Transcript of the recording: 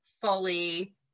fully